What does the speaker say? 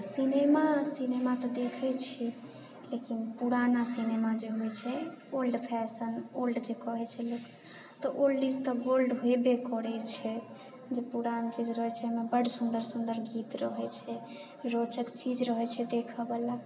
आ cinema cinema तऽ देखैत छी लेकिन पुराना सिनेमा जे होइत छै ओल्ड फैशन ओल्ड जे कहैत छै लोक तऽ ओल्ड इज द गोल्ड होयबे करैत छै जे पुरान चीज रहैत छै ने बड्ड सुन्दर सुन्दर गीत रहैत छै रोचक चीज रहैत छै देखैबाला